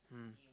mm